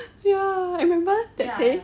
ya I remember that day